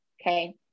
okay